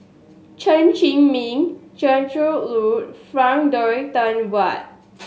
Chen Zhiming Zainudin Nordin Frank Dorrington Ward